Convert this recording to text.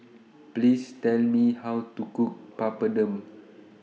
Please Tell Me How to Cook Papadum